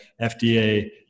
FDA